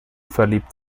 verliebt